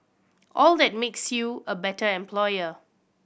all that makes you a better employer